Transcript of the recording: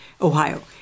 Ohio